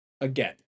again